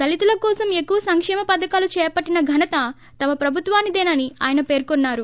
దళితుల కోసం ఎక్కువ సంకేమ పధకాలు చేపట్టిన ఘనత తమ ప్రభుత్వానిదే ననీ ఆయన పెర్కున్నారు